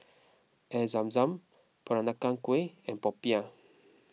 Air Zam Zam Peranakan Kueh and Popiah